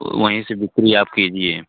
वहीं से बिक्री आप कीजिए